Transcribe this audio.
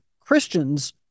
Christians